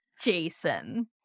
Jason